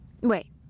Wait